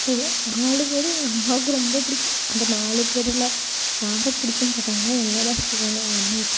இருக்குதுல நாலு பேரும் எங்கள் அம்மாவுக்கு ரொம்ப பிடிக்கும் அந்த நாலு பேரில் யாரை பிடிக்கும்னு கேட்டாங்கனா என்னை தான் சொல்வாங்க எங்கள் அம்மா எப்போதும்